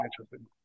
interesting